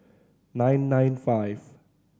nine nine five